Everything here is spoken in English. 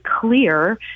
clear